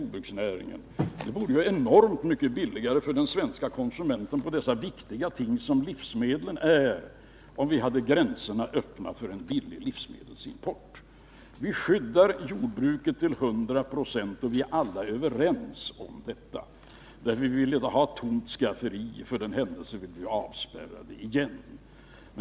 Det vore enormt mycket billigare för konsumenterna med sådana viktiga ting som livsmedlen är, om vi hade gränserna öppna för en billig livsmedelsimport. Vi skyddar jordbruket till 100 92, och vi är alla överens om detta, för vi vill inte ha ett tomt skafferi om vi blir avspärrade igen.